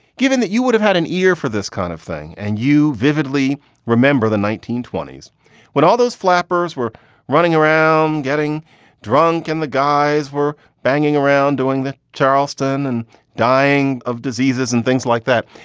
given that you would have had an ear for this kind of thing and you vividly remember the nineteen twenty s when all those flappers were running around getting drunk and the guys were banging around doing the charleston and dying of diseases and things like that?